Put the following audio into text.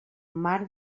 marc